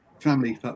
family